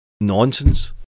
nonsense